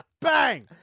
Bang